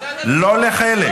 לא לחלק.